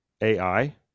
AI